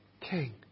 king